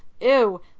ew